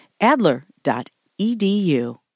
Adler.edu